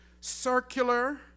circular